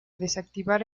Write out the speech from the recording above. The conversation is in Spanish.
desactivar